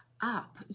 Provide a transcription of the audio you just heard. up